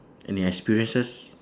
any experiences